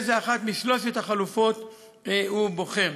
באיזו משלוש החלופות הוא בוחר.